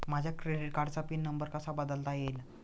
माझ्या क्रेडिट कार्डचा pin number कसा बदलता येईल?